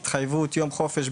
התחייבות, יום חופש.